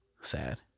sad